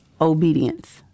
obedience